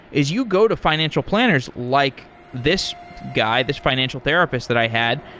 is you go to financial planners, like this guy, this financial therapist that i had,